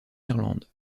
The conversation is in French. irlande